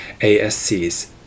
ASCs